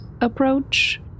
approach